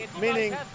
Meaning